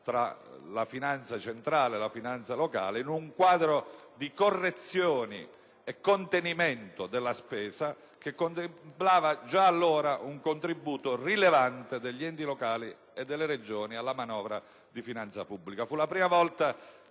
tra finanza centrale e locale in un quadro di correzioni e contenimento della spesa che già allora contemplava un contributo rilevante degli enti locali e delle Regioni alla manovra di finanza pubblica.